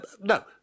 no